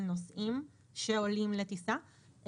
על נוסעים שעולים לטיסה,